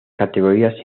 categorías